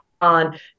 on